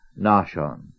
Nashon